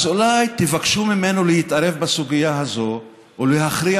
אולי תבקשו ממנו להתערב בסוגיה הזאת ולהכריע